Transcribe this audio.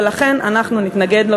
ולכן אנחנו נתנגד לו.